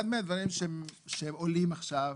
אחד מהדברים שעולים עכשיו,